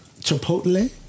Chipotle